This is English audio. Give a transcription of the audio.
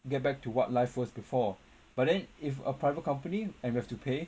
get back to what life was before but then if a private company and we have to pay